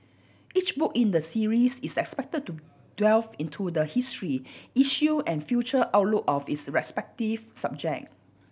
each book in the series is expected to delve into the history issue and future outlook of its respective subject